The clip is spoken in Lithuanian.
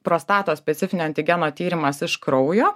prostatos specifinio antigeno tyrimas iš kraujo